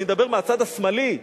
אני מדבר מהצד השמאלי,